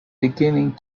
beginning